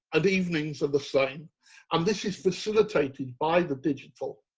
and evenings are the same and this is facilitated by the digital.